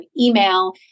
email